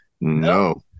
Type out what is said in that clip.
No